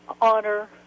honor